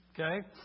okay